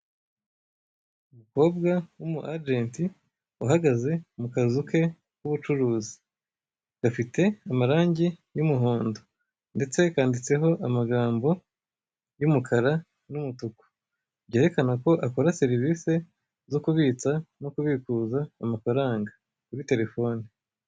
Umukobwa w'umugenti uhagaze mukazuke kubucuruzi gafite amarage y'umuhondo, ndetse kanditseho amagambo y'umukara n'umutuku, byerekanako akora serivise zo kubitsa n'ukubikuza amafaranga kuri telefone.